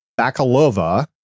Bakalova